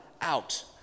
out